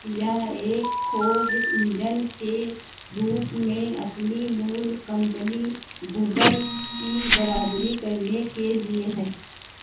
यह एक खोज इन्जन के रूप में अपनी मूल कम्पनी गूगल की बराबरी करने के लिए है